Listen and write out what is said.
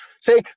say